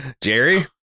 Jerry